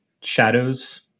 shadows